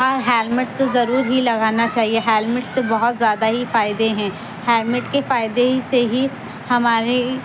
اور ہیلمٹ تو ضرور ہی لگانا چاہیے ہیلمٹ سے بہت زیادہ ہی فائدے ہیں ہیلمٹ کے فائدے ہی سے ہی ہمارے